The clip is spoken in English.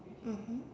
mmhmm